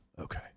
Okay